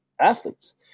athletes